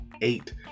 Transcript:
eight